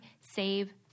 save